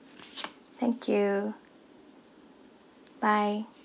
thank you bye